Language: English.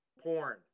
porn